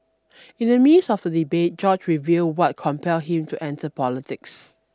in the midst of the debate George revealed what compelled him to enter politics